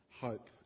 hope